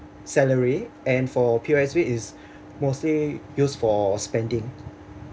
salary and for P_O_S_B is mostly used for spending